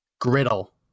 griddle